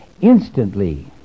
Instantly